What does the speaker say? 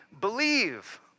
believe